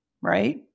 Right